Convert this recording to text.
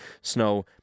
Snow